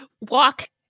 walk